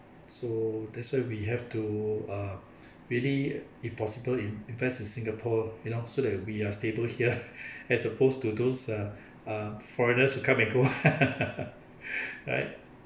so that's why we have to ah really if possible in invest in singapore you know so that we are stable here as opposed to those uh uh foreigners who come and go right